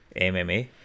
MMA